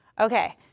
Okay